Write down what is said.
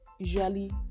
usually